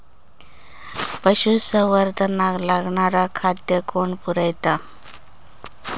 पशुसंवर्धनाक लागणारा खादय कोण पुरयता?